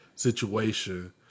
situation